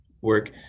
work